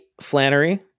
Flannery